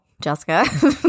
Jessica